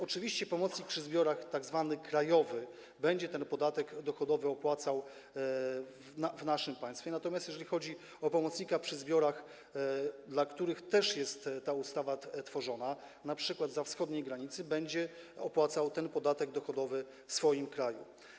Oczywiście pomocnik przy zbiorach tzw. krajowy będzie ten podatek dochodowy opłacał w naszym państwie, natomiast jeżeli chodzi o pomocników przy zbiorach, dla których też jest ta ustawa tworzona, np. zza wschodniej granicy, będą oni opłacali ten podatek dochodowy w swoim kraju.